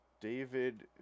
david